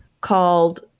called